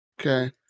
Okay